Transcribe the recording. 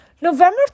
November